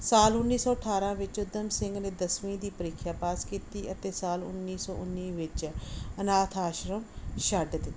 ਸਾਲ ਉੱਨੀ ਸੌ ਅਠਾਰ੍ਹਾਂ ਵਿੱਚ ਊਧਮ ਸਿੰਘ ਨੇ ਦਸਵੀਂ ਦੀ ਪ੍ਰੀਖਿਆ ਪਾਸ ਕੀਤੀ ਅਤੇ ਸਾਲ ਉੱਨੀ ਸੌ ਉੱਨੀ ਵਿੱਚ ਅਨਾਥ ਆਸ਼ਰਮ ਛੱਡ ਦਿੱਤਾ